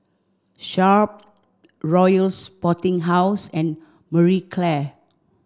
Sharp Royal Sporting House and Marie Claire